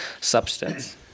substance